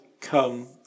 come